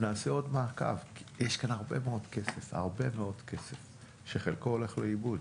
נעשה עוד מעקב כי יש כאן הרבה מאוד כסף שחלקו הולך לאיבוד,